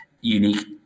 unique